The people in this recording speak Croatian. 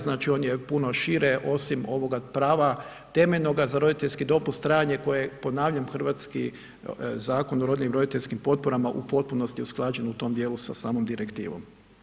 Znači on je puno šire osim ovoga prava temeljnoga za roditeljski dopust trajanje koje, ponavljam, hrvatski Zakon o rodiljnim i roditeljskim potporama u potpunosti usklađen u tom dijelu sa samom direktivom.